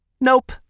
Nope